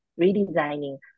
redesigning